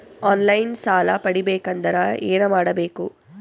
On line ಸಾಲ ಪಡಿಬೇಕಂದರ ಏನಮಾಡಬೇಕು?